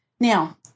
Now